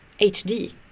HD